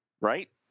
right